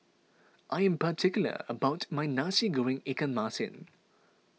I'm particular about my Nasi Goreng Ikan Masin